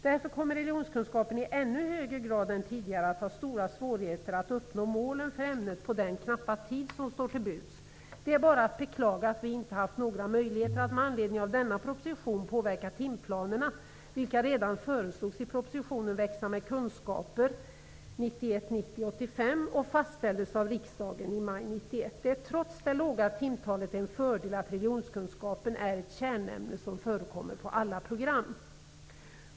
Därför kommer religionskunskapen i ännu högre grad än tidigare att ha stora svårigheter att uppnå målen för ämnet på den knappa tid som står till buds. Det är bara att beklaga att vi inte haft några möjligheter att med anledning av denna proposition påverka timplanerna, vilka redan föreslogs i propositionen Växa med kunskaper, proposition 1991/90:85, och som fastställdes av riksdagen i maj 1991. Det är trots det låga timtalet en fördel att religionskunskapen är ett kärnämne som förekommer i alla program.